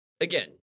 again